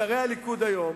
שרי הליכוד היום,